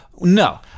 No